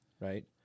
right